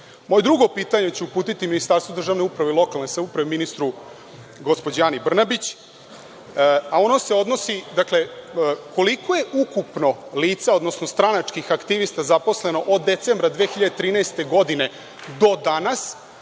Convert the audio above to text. drugo pitanje ću uputiti Ministarstvu državne uprave, lokalne samouprave ministru gospođi Ana Brnabić. Dakle, koliko je ukupno lica, odnosno stranačkih aktivista zaposleno od decembra 2013. godine do danas